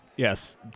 Yes